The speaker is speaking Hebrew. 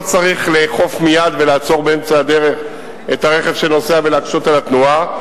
לא צריך לאכוף מייד ולעצור באמצע הדרך את הרכב שנוסע ולהקשות על התנועה.